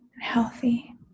healthy